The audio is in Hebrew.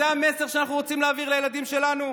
זה המסר שאנחנו רוצים להעביר לילדים שלנו,